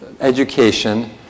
education